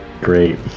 Great